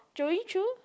Judy Choo